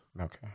Okay